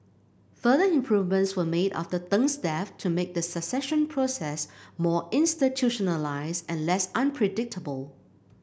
further improvements were made after Deng's death to make the succession process more institutionalised and less unpredictable